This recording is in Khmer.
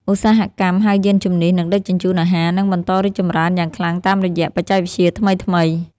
ឧស្សាហកម្មហៅយានជំនិះ និងដឹកជញ្ជូនអាហារ នឹងបន្តរីកចម្រើនយ៉ាងខ្លាំងតាមរយៈបច្ចេកវិទ្យាថ្មីៗ។